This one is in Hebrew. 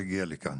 הגיע לכאן.